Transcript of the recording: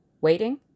Waiting